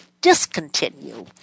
discontinue